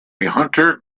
hunter